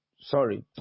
Sorry